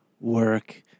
work